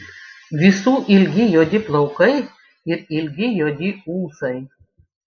visų ilgi juodi plaukai ir ilgi juodi ūsai